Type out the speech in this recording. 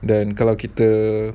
dan kalau kita